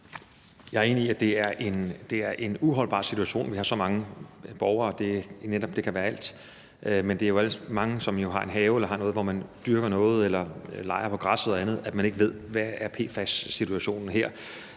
Jeg er enig i, at det er en uholdbar situation, at vi har så mange borgere – det kan jo være alt, men mange har en have eller noget, hvor man dyrker noget eller leger på græsset og andet – der ikke ved, hvad PFAS-situationen er